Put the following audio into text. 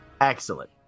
Excellent